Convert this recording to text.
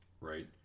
right